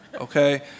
okay